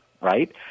right